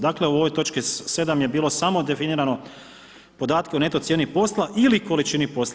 Dakle, u ovoj točki 7. je bilo samo definirano podatke o netko cijeni posla ili količini posla.